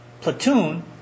Platoon